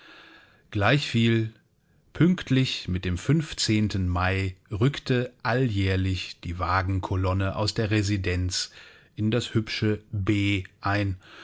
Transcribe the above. gleichviel pünktlich mit dem fünfzehnten mai rückte alljährlich die wagenkolonne aus der residenz in das hübsche b ein